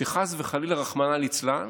שחס וחלילה, רחמנא ליצלן,